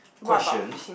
question